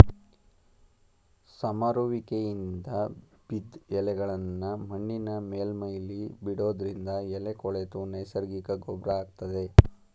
ಸಮರುವಿಕೆಯಿಂದ ಬಿದ್ದ್ ಎಲೆಗಳ್ನಾ ಮಣ್ಣಿನ ಮೇಲ್ಮೈಲಿ ಬಿಡೋದ್ರಿಂದ ಎಲೆ ಕೊಳೆತು ನೈಸರ್ಗಿಕ ಗೊಬ್ರ ಆಗ್ತದೆ